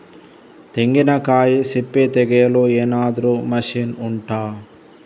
ತೆಂಗಿನಕಾಯಿ ಸಿಪ್ಪೆ ತೆಗೆಯಲು ಏನಾದ್ರೂ ಮಷೀನ್ ಉಂಟಾ